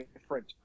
different